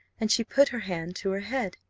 and she put her hand to her head.